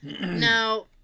Now